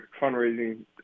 fundraising